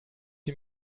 die